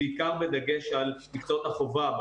בעיקר בדגש על מקצועות החובה,